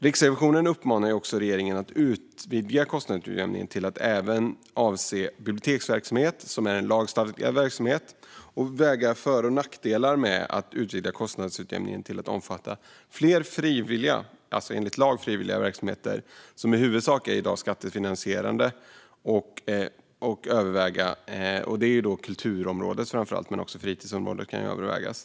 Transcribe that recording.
Riksrevisionen uppmanar också regeringen att utvidga kostnadsutjämningen till att även avse biblioteksverksamhet, som är lagstadgad, och att väga för och nackdelar med att utvidga kostnadsutjämningen till att omfatta fler enligt lag frivilliga verksamheter som i dag i huvudsak är skattefinansierade. Det är framför allt kulturområdet men också fritidsområdet som kan övervägas.